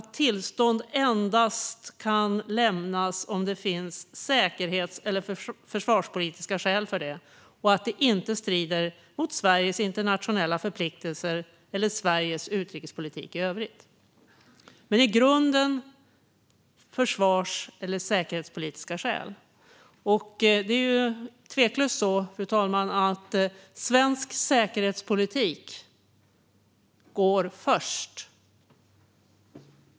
Tillstånd kan endast lämnas om det finns säkerhets eller försvarspolitiska skäl och om det inte strider mot Sveriges internationella förpliktelser eller Sveriges utrikespolitik i övrigt. Men i grunden gäller försvars eller säkerhetspolitiska skäl. Fru talman! Svensk säkerhetspolitik går tveklöst först.